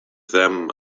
them